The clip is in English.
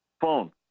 Phone